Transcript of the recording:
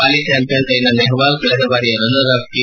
ಹಾಲಿ champion Saina Nehwal ಕಳೆದ ಬಾರಿಯ runner up P